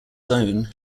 zone